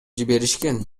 жиберишкен